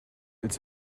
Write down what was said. it’s